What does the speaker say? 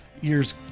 years